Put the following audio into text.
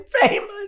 famous